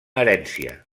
herència